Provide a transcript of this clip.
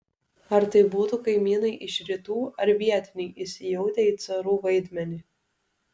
ar tai būtų kaimynai iš rytų ar vietiniai įsijautę į carų vaidmenį